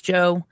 Joe